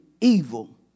evil